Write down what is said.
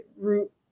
root